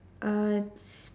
uh